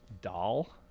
doll